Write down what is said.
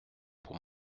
pour